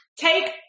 Take